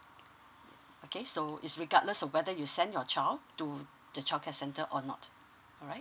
okay so it's regardless of whether you send your child to the childcare centre or not alright